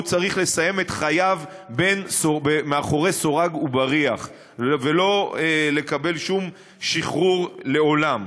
הוא צריך לסיים את חייו מאחורי סורג ובריח ולא לקבל שום שחרור לעולם.